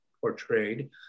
portrayed